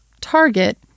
target